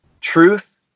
Truth